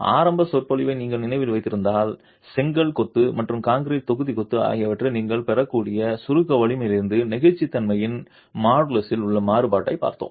ஆரம்ப சொற்பொழிவை நீங்கள் நினைவில் வைத்திருந்தால் செங்கல் கொத்து மற்றும் கான்கிரீட் தொகுதி கொத்து ஆகியவற்றில் நீங்கள் பெறக்கூடிய சுருக்க வலிமையிலிருந்து நெகிழ்ச்சித்தன்மையின் மாடுலஸில் உள்ள மாறுபாட்டைப் பார்த்தோம்